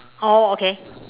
oh okay